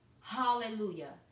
Hallelujah